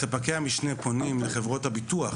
כשספקי המשנה פונים לחברות הביטוח